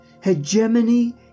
Hegemony